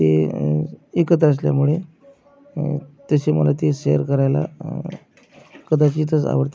ते एकत्र असल्यामुळे तसे मला ते सैर करायला कदाचितच आवड